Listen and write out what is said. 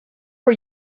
for